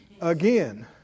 again